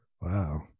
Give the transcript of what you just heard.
Wow